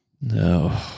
No